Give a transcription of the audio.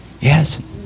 Yes